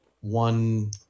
one